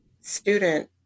student